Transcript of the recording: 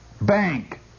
Bank